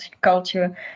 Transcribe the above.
culture